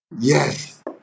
yes